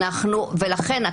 ולכן,